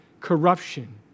corruption